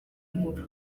nkuru